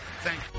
Thank